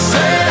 Say